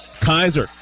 Kaiser